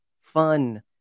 fun